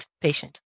patient